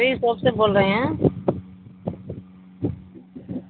پی shop سے بول رہے ہیں